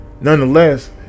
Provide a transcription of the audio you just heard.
nonetheless